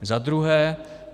Za druhé.